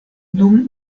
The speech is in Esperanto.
dum